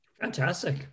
Fantastic